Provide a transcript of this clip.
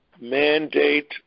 Mandate